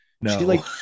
No